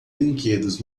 brinquedos